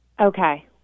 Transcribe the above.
Okay